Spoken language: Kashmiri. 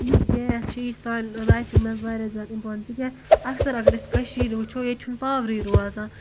یُس یہِ گیس چھُ یہِ چھُ سانہِ لایفہِ منٛز واریاہ زیادٕ اِمپارٹنٹ تِکیازِ اَکثر اَگر أسۍ کٔشیٖر وُچھو ییٚتہِ چھُ نہٕ پاورٕے روزان